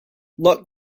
lock